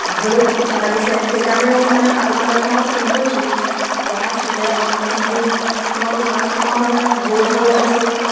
ভালো লাগিছে সেইকাৰণেও মানে আপোনালৈ এটা মই ফোন কৰিছোঁ জনাইছোঁ যে আপোনাৰ ফোনটো ফোনৰ দোকানখনৰ মানে গৈ ভাল লাগিছে